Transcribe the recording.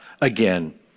again